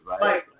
Right